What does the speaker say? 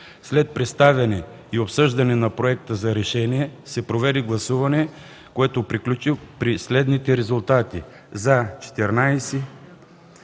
След представяне и обсъждане на проекта за решение се проведе гласуване, което приключи при следните резултати: „за”